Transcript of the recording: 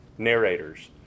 Narrators